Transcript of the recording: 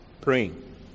praying